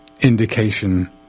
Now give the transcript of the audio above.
indication